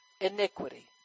iniquity